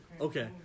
Okay